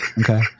Okay